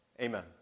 Amen